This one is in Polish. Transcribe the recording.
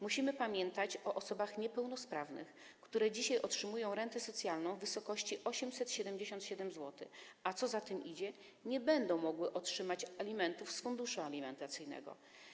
Musimy pamiętać o osobach niepełnosprawnych, które dzisiaj otrzymują rentę socjalną w wysokości 877 zł, a co za tym idzie - nie będą mogły otrzymać alimentów z funduszu alimentacyjnego.